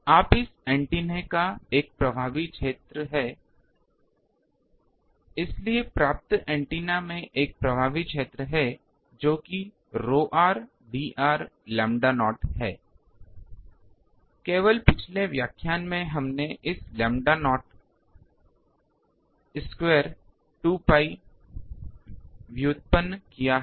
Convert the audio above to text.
अब इस एंटीना का एक प्रभावी क्षेत्र है इसलिए प्राप्त ऐन्टेना में एक प्रभावी क्षेत्र है जो कि ρr Dr 𝝺o है केवल पिछले व्याख्यान में हमने इस 𝝺o वर्ग 2 pi व्युत्पन्न किया है